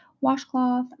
washcloth